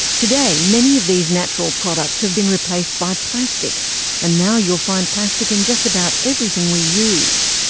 today, many of these natural products have been replaced by plastic and now you'll find plastic in just about everything we use.